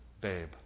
babe